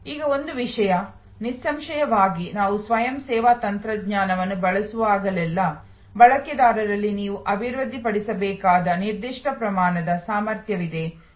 ಈಗ ಒಂದು ವಿಷಯ ನಿಸ್ಸಂಶಯವಾಗಿ ನಾವು ಸ್ವಯಂ ಸೇವಾ ತಂತ್ರಜ್ಞಾನವನ್ನು ಬಳಸುವಾಗಲೆಲ್ಲಾ ಬಳಕೆದಾರರಲ್ಲಿ ನೀವು ಅಭಿವೃದ್ಧಿಪಡಿಸಬೇಕಾದ ನಿರ್ದಿಷ್ಟ ಪ್ರಮಾಣದ ಸಾಮರ್ಥ್ಯವಿದೆ ಎಂದು ನಾವು ತಕ್ಷಣ ನೋಡುತ್ತೇವೆ